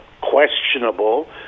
questionable